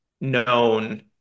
known